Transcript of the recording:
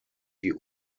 die